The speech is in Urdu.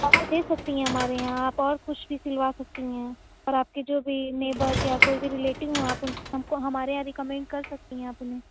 تو آپ دے سکتی ہیں ہمارے یہاں آپ اور کچھ بھی سلوا سکتی ہیں اور آپ کے جو بھی نیبر یا کوئی بھی ریلیٹو ہوں آپ ان کو ہمارے یہاں ریکمنڈ کر سکتی ہیں آپ انہیں